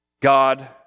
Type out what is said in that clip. God